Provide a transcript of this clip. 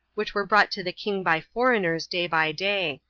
which were brought to the king by foreigners day by day.